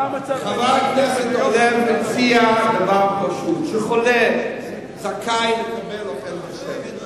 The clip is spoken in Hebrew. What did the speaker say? חבר הכנסת אורלב הציע דבר פשוט: שחולה יהיה זכאי לקבל אוכל כשר.